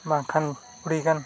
ᱵᱟᱝᱠᱷᱟᱱ ᱟᱹᱰᱤᱜᱟᱱ